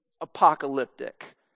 apocalyptic